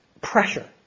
pressure